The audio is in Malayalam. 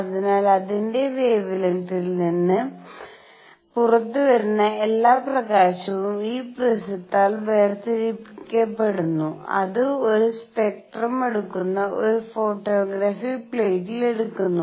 അതിനാൽ അതിന്റെ വാവേലെങ്ത്ത്തിൽ നിന്ന് പുറത്തുവരുന്ന എല്ലാ പ്രകാശവും ഈ പ്രിസത്താൽ വേർതിരിക്കപ്പെടുന്നു അത് ഒരു സ്പെക്ട്രം എടുക്കുന്ന ഒരു ഫോട്ടോഗ്രാഫിക് പ്ലേറ്റിൽ എടുക്കുന്നു